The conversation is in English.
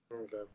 Okay